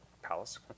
Palace